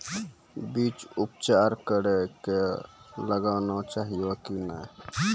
बीज उपचार कड़ी कऽ लगाना चाहिए कि नैय?